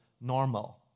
normal